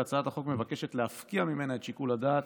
והצעת החוק מבקשת להפקיע ממנה את שיקול הדעת